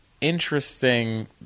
interesting